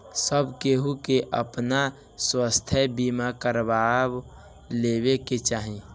सब केहू के आपन स्वास्थ्य बीमा करवा लेवे के चाही